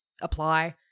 apply